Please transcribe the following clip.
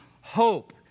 hope